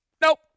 Nope